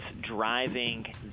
driving